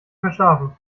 verschlafen